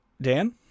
Dan